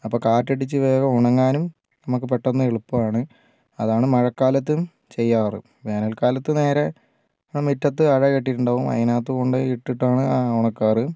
അപ്പോൾ കാറ്റ് അടിച്ച് വേഗം ഉണങ്ങാനും നമുക്ക് പെട്ടന്ന് എളുപ്പമാണ് അതാണ് മഴക്കാലത്തും ചെയ്യാറ് വേനൽക്കാലത്ത് നേരെ മുറ്റത്ത് അഴ കെട്ടിയിട്ടുണ്ടാകും അതിനകത്ത് കൊണ്ടുപോയി ഇട്ടിട്ടാണ് ഉണക്കാറ്